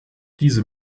diese